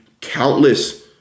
countless